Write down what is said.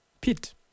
pit